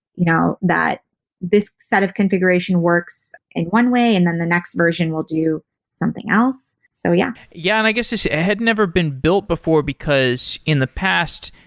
you know, that this set of configuration works in one way and then the next version will do something else. so yeah yeah, and i guess it hadn't ever been built before because in the past,